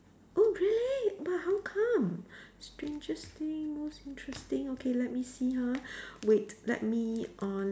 oh really but how come strangest thing most interesting okay let me see ha wait let me on